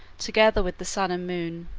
together with the sun and moon.